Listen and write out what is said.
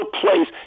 place